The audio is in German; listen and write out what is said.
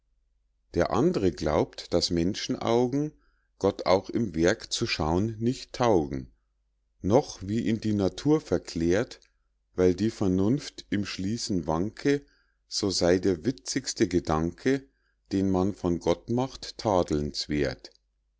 der andre glaubt daß menschenaugen gott auch im werk zu schaun nicht taugen noch wie ihn die natur verklärt weil die vernunft im schließen wanke so sey der witzigste gedanke den man von gott macht